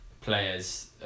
players